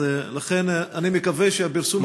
לכן אני מקווה שפרסום הקול הקורא,